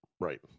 Right